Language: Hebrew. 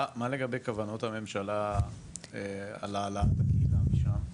מה לגבי כוונות הממשלה להעלות את הקהילה משם?